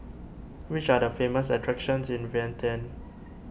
which are the famous attractions in Vientiane